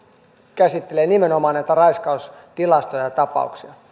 käsittelee nimenomaan näitä raiskaustilastoja ja tapauksia